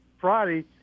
Friday